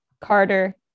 Carter